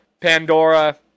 Pandora